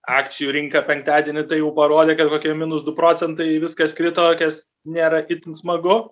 akcijų rinka penktadienį tai jau parodė kad kokie minus du procentai viskas krito kas nėra itin smagu